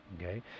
Okay